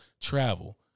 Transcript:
travel